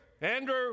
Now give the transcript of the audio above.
Andrew